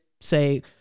say